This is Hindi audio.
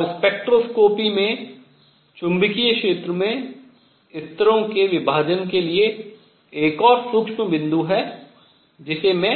और स्पेक्ट्रोस्कोपी में चुंबकीय क्षेत्र में स्तरों के विभाजन के लिए एक और सूक्ष्म बिंदु है जिसे मैं